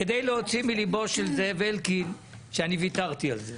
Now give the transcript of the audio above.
כדי להוציא מליבו של זאב אלקין שאני ויתרתי על זה.